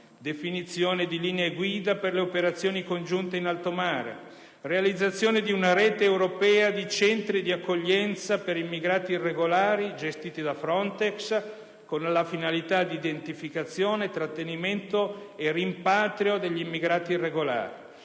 definizione di linee guida per le operazioni congiunte in alto mare; realizzazione di una rete europea di centri di accoglienza per immigrati irregolari gestiti da FRONTEX con la finalità di identificazione, trattenimento e rimpatrio degli stessi;